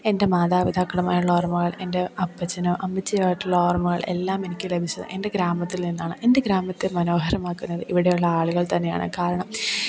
എൻ്റെ മാതാപിതാക്കളുമായുള്ള ഓർമ്മകൾ എൻ്റെ അപ്പച്ചനും അമ്മച്ചിയായിട്ടുള്ള ഓർമ്മകൾ എല്ലാം എനിക്ക് ലഭിച്ചത് എൻ്റെ ഗ്രാമത്തിൽ നിന്നാണ് എൻ്റെ ഗ്രാമത്തെ മനോഹരമാക്കുന്നത് ഇവിടെ ഉള്ള ആളുകൾ തന്നെയാണ് കാരണം